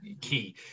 key